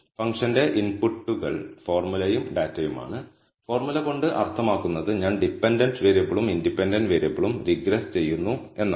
ഫംഗ്ഷന്റെ ഇൻപുട്ടുകൾ ഫോർമുലയും ഡാറ്റയുമാണ് ഫോർമുല കൊണ്ട് അർത്ഥമാക്കുന്നത് ഞാൻ ഡിപൻഡന്റ് വേരിയബിളും ഇൻഡിപെൻഡന്റ് വേരിയബിളും റിഗ്രസ് ചെയ്യുന്നു എന്നാണ്